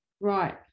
Right